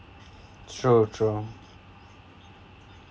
true true